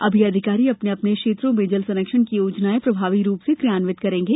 अब ये अधिकारी अपने अपने क्षेत्रों में जल संरक्षण की योजनाएं प्रभावी रूप से क्रियांवित करेगें